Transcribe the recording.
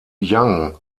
young